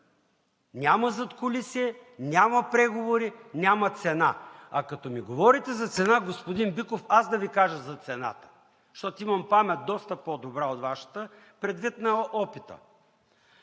Няма задкулисие, няма преговори, няма цена. А като ми говорите за цена, господин Биков, аз да Ви кажа за цената, защото имам памет, доста по-добра от Вашата предвид на опита.